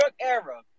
era